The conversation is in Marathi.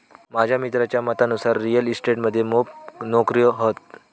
माझ्या मित्राच्या मतानुसार रिअल इस्टेट मध्ये मोप नोकर्यो हत